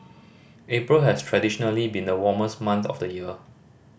April has traditionally been the warmest month of the year